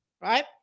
Right